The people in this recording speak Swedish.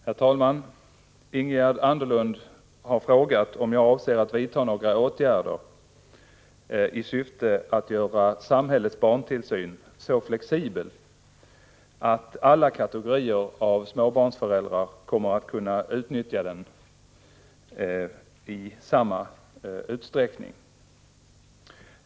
Herr talman! Ingegerd Anderlund har frågat om jag avser att vidta några åtgärder i syfte att göra samhällets barntillsyn så flexibel att alla kategorier småbarnsföräldrar kommer att kunna utnyttja omsorgen i samma utsträckning.